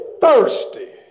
thirsty